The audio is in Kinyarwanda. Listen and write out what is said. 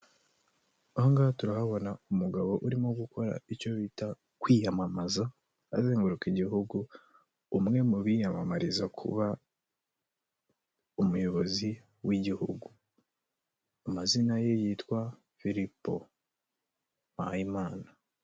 Aho ngaha turahabona umugabo urimo gukora icyo bita kwiyamamaza, azenguruka igihugu, umwe mu biyamamariza kuba umuyobozi w'igihugu. Amazina ye yitwa Philip MPAYIMANA.